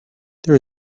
there